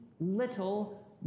little